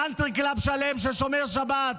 קאנטרי קלאב שלם ששומר שבת,